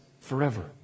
forever